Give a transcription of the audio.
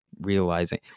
realizing